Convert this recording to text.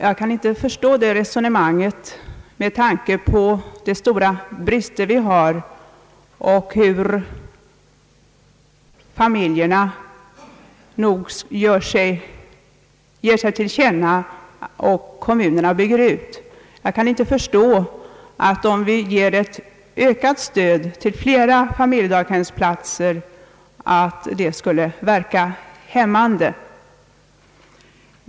Jag kan inte förstå det resonemanget, med tanke på de stora brister som föreligger och hur familjerna nog ger sig till känna och kommunerna bygger ut. Jag kan inte förstå, att om vi ger ett ökat stöd till flera familjedaghemsplatser, så skulle det verka hämmande.